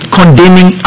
condemning